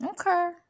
Okay